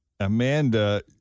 Amanda